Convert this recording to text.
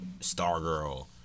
Stargirl